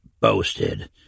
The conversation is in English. boasted